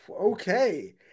Okay